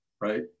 right